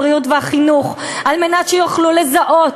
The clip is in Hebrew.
הבריאות והחינוך על מנת שיוכלו לזהות